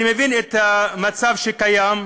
אני מבין את המצב שקיים.